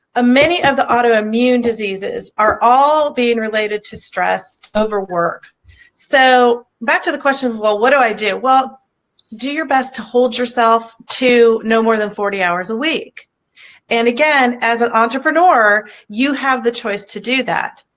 ah many of the autoimmune diseases are all being related to stressed over work so back to the question what do i do? well do your best to hold yourself to no more than forty hours a week and again as an entrepreneur you have the choice to do that.